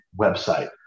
website